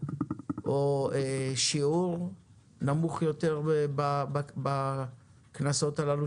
או שיעור תשלום נמוך יותר בקנסות הללו.